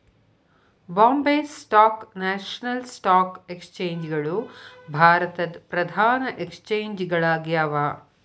Bombay stock national stock exchange ಗಳು ಭಾರತದ್ ಪ್ರಧಾನ ಎಕ್ಸ್ಚೇಂಜ್ ಗಳಾಗ್ಯಾವ